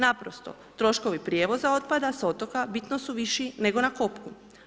Naprosto troškovi prijevoza otpada sa otoka bitno su viši nego na kopnu.